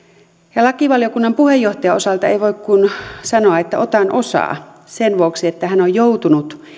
ja lakivaliokunnan puheenjohtajan osalta ei voi kuin sanoa että otan osaa sen vuoksi että hän on joutunut